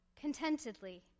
contentedly